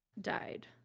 died